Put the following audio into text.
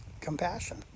compassion